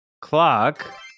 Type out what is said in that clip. clock